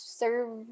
serve